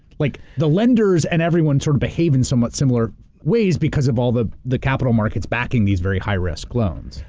like the lenders and everyone sort of behave in somewhat similar ways because of all the the capital markets backing these very high risk loans.